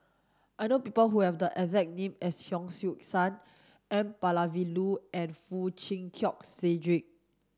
I know people who have the exact name as Hon Sui Sen N Palanivelu and Foo Chee Keng Cedric